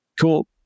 Cool